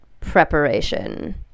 preparation